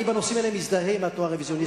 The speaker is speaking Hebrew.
בנושאים האלה אני מזדהה עם התואר רוויזיוניסט.